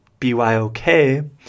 BYOK